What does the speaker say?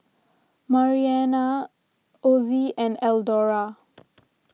Marianna Osie and Eldora